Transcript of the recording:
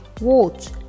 watch